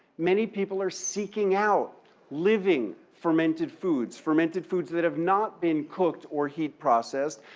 many people are seeking out living fermented foods, fermented foods that have not been cooked or heat processed,